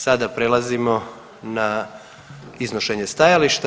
Sada prelazimo na iznošenje stajališta.